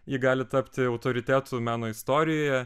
ji gali tapti autoritetu meno istorijoje